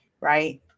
right